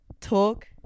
talk